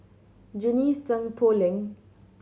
Junie Sng Poh Leng